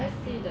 as in